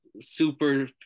super